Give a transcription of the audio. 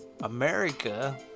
America